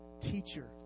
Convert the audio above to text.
teacher